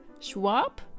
Schwab